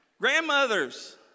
grandmothers